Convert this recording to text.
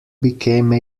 became